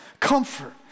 Comfort